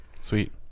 Sweet